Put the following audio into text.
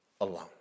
alone